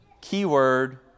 keyword